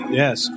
yes